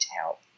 help